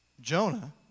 Jonah